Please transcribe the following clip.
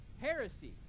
heresy